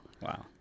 Wow